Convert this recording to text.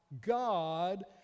God